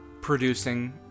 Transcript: producing